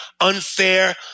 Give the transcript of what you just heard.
unfair